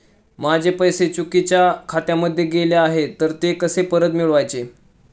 माझे पैसे चुकीच्या खात्यामध्ये गेले आहेत तर ते परत कसे मिळवायचे?